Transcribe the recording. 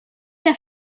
der